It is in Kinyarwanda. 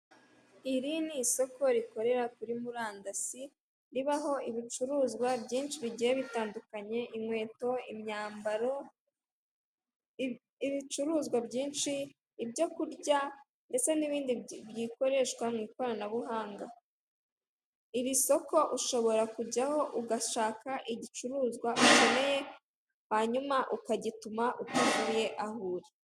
Iri ni isoko rikorera kuri murandasi ribaho ibicuruzwa byinshi bigiye bitandukanyekanya inkweto, imyambaro ibicuruzwa byinshi ibyokurya ndetse n'ibindi byikoreshwa mu ikoranabuhanga. Iri soko ushobora kujyaho ugashaka igicuruzwa ukeneye hanyuma ukagituma utavuye aho uri.